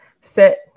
set